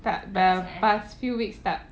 tak dah past few weeks tak